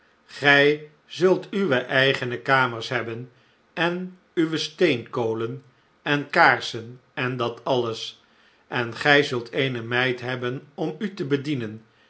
gij zult uwe eigene kamers hebben en uwe steenkolen en kaarsen en dat alles en gij zult eene meid hebben om u te bedienen